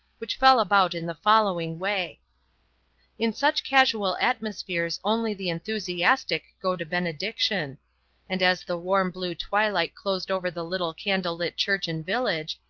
which fell about in the following way in such casual atmospheres only the enthusiastic go to benediction and as the warm blue twilight closed over the little candle-lit church and village,